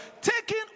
Taking